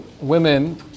women